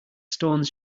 stones